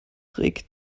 regt